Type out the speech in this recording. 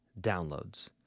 downloads